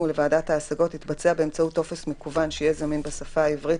ולוועדת השגות תתבצע באמצעות טופס מקוון שיהיה זמין בשפה העברית,